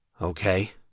Okay